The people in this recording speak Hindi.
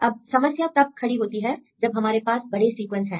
अब समस्या तब खड़ी होती है जब हमारे पास बड़े सीक्वेंस हैं